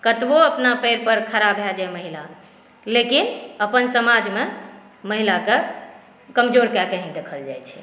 कतबो अपना पैर पर खड़ा भए जाए महिला लेकिन अपन समाजमे महिलाके कमजोर कए कऽ ही देखल जाइ छै